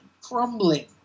Crumbling